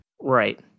Right